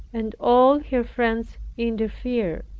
and all her friends interfered.